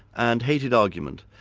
and hated argument.